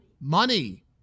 money